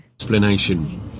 Explanation